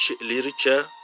literature